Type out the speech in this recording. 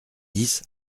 dix